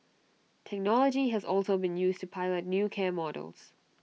technology has also been used to pilot new care models